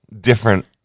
Different